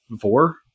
four